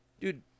dude